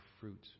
fruit